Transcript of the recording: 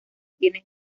tienen